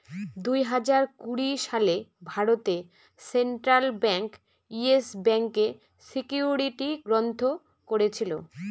দুই হাজার কুড়ি সালে ভারতে সেন্ট্রাল ব্যাঙ্ক ইয়েস ব্যাঙ্কে সিকিউরিটি গ্রস্ত করেছিল